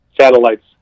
satellites